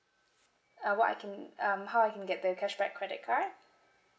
ah what I can um how I can get the cashback credit card